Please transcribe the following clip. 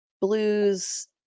blues